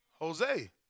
Jose